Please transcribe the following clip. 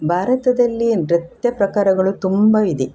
ಭಾರತದಲ್ಲಿ ನೃತ್ಯ ಪ್ರಕಾರಗಳು ತುಂಬ ಇದೆ